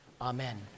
amen